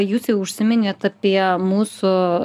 jūs jau užsiminėt apie mūsų